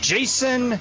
Jason